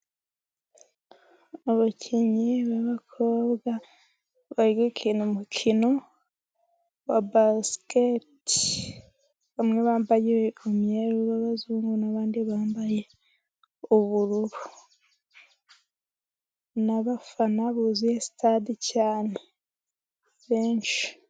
Abakinnyi b'abakobwa bari gukina umukino wa basiketi, bamwe bambaye umweru b'abazungu n'abandi bambaye ubururu ,n'abafana buzuye sitade benshi.